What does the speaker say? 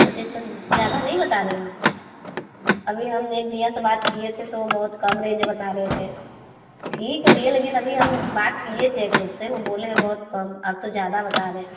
अच्छा अच्छा ज़्यादा नहीं बता रहें हैं हम अभी हम ने एक भैया से बात किए थे तो बहुत कम रेंज बता रहे थे ठीक है भैया लेकिन अभी हम बात किए थे एक लोग से वो बोले हैं बहुत कम आप तो ज़्यादा बता रहें